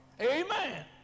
Amen